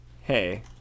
hey